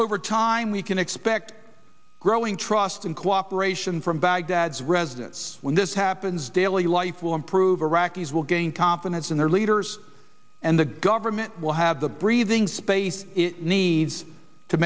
over time we can expect growing trust and cooperation from baghdad's residents when this happens daily life will improve iraqis will gain confidence in their leaders and the government will have the breathing space needs to